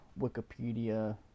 Wikipedia